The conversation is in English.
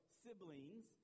siblings